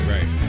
Right